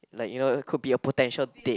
like you know could be a potential date